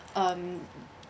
um